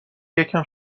یکم